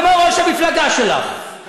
אני אומר הלל ביום העצמאות כמו ראש המפלגה שלך,